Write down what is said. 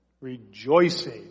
rejoicing